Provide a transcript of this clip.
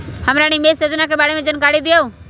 हमरा निवेस योजना के बारे में जानकारी दीउ?